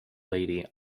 lady